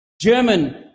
German